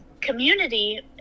community